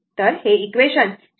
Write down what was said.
तर हे इक्वेशन 6